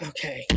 Okay